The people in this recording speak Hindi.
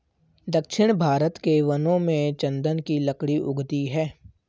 दक्षिण भारत के वनों में चन्दन की लकड़ी उगती है